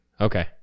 Okay